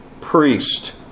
priest